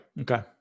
Okay